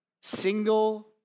single